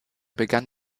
begann